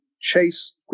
chase